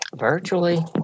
virtually